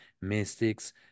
mystics